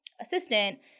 assistant